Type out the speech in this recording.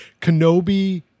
kenobi